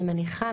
אני מניחה,